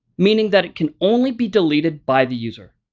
meaning that it can only be deleted by the user.